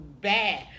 bad